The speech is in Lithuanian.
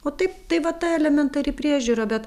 o taip tai va ta elementari priežiūra bet